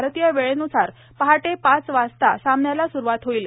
भारतीय वेळेन्सार पहाटे पाच वाजता सामन्याला सुरुवात होईल